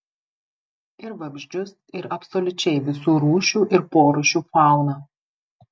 ir vabzdžius ir absoliučiai visų rūšių ir porūšių fauną